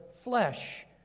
flesh